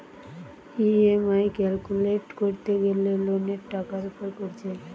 EMI calculate কোরতে গ্যালে লোনের টাকার উপর কোরছে